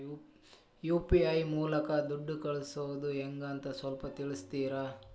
UPI ಮೂಲಕ ದುಡ್ಡು ಕಳಿಸೋದ ಹೆಂಗ್ ಅಂತ ಸ್ವಲ್ಪ ತಿಳಿಸ್ತೇರ?